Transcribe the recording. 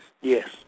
Yes